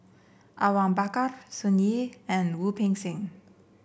Awang Bakar Sun Yee and Wu Peng Seng